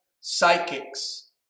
psychics